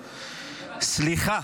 סליחה,